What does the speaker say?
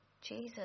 Jesus